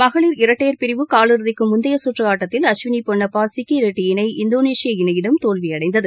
மகளிர் இரட்டையர் பிரிவு கால் இறுதிக்கு முந்தைய சுற்று ஆட்டத்தில் அஸ்வினி பொன்னப்பா சிக்கிரெட்டி இணை இந்தோனேஷிய இணையிடம் தோல்வியடைந்தது